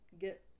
get